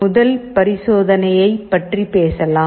முதல் பரிசோதனையை பற்றி பேசலாம்